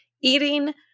eating